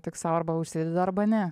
tik sau arba užsidedi arba ne